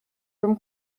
from